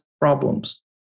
problems